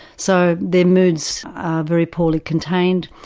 so their moods are very poorly contained,